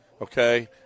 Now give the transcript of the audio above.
okay